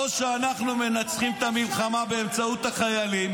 או שאנחנו מנצחים את המלחמה באמצעות החיילים,